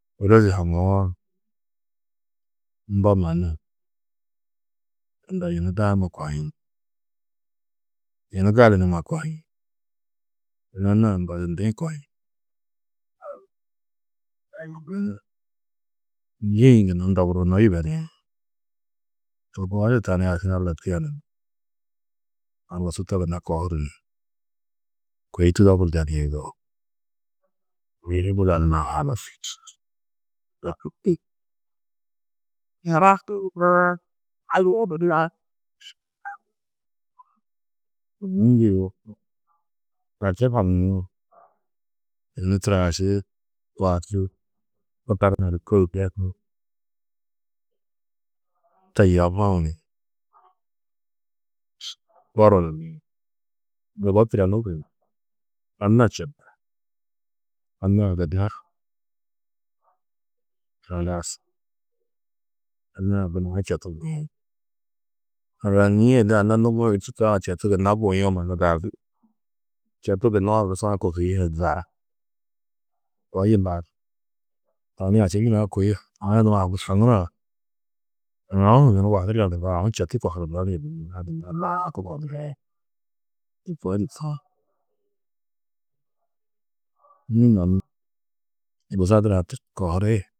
Ôrozi haŋũwo mbo mannu unda yunu daama kohiĩ, yunu gali numa kohiĩ. Yunu anna-ã ambadundĩ kohiĩ. njîĩ gunna ndoburunnó yibeniĩ. To koo di tani hi aši-ĩ Alla tiyenu ni, horgusu to gunna kohuru ni, kôi tudoburdo ni yugó. yunu turo ašii čûu te yobuũ ni nubo turonnu gunú anna četu, anna-ã gunna. Halas anna-ã gunna četu buĩ. Haranîe de anna numi-ĩ du čîkã četu gunna buîe mannu četu gunna horgusu-ã kohîe. To yillaa du tani aši nurã kôi a haŋurã, aũ hu yunu wadurdo yugó, aũ četu kohudurdo ni to koo di. Nû mannu korgusa nurã kohuri